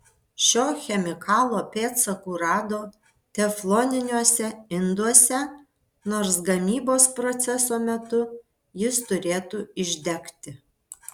šio chemikalo pėdsakų rado tefloniniuose induose nors gamybos proceso metu jis turėtų išdegti